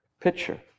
picture